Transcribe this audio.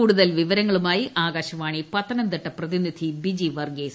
കൂടുതൽ വിവരങ്ങളുമായി ആകാശവാണി പത്തനംതിട്ട പ്രതിനിധി ബിജി വർഗീസ്